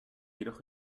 jedoch